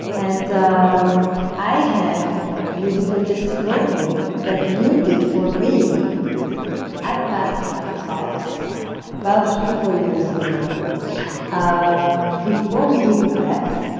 and um i have a beautiful testimonial that you did for me at mastermind talks about three, four years ago um before we even met.